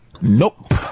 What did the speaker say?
Nope